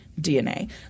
DNA